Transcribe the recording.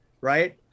right